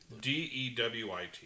D-E-W-I-T